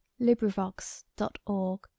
LibriVox.org